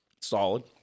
Solid